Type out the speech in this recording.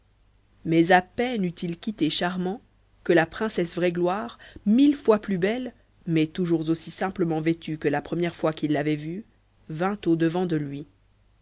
mais à peine eut-il quitté charmant que la princesse vraie gloire mille fois plus belle mais toujours aussi simplement vêtue que la première fois qu'il l'avait vue vint au-devant de lui